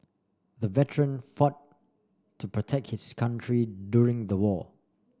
the veteran fought to protect his country during the war